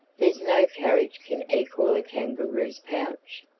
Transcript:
there's no carriage can equal a kangaroo's pouch.